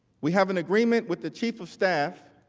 we have an agreement with the chief of staff